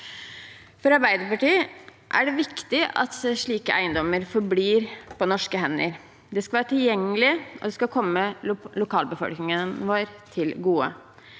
For Arbeiderpartiet er det viktig at slike eiendommer forblir på norske hender. De skal være tilgjengelige, og de skal komme lokalbefolkningen vår til gode.